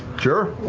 sure.